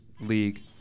League